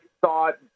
thought